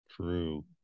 true